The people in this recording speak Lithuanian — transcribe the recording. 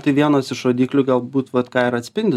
tai vienas iš rodiklių galbūt vat ką ir atspindi